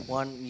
one